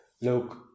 look